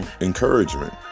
encouragement